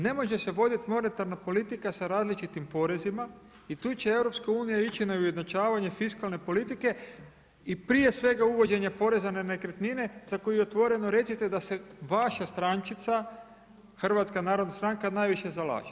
Ne može se vodit monetarna politika sa različitim porezima i tu će EU ići na ujednačavanje fiskalne politike i prije svega uvođenje poreza na nekretnine, za koji otvoreno da se vaša strančica HNS najviše zalaže.